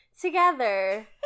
together